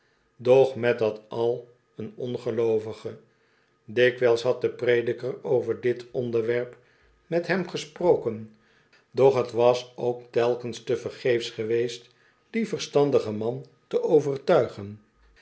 doch met dat al een ongel oovige ï ikwijls had de prediker over dit onderwerp met hem gesproken doch t was ook telkens tevergeefs geweest dien verstandigen man te overtuigen